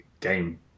game